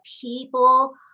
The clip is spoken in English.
people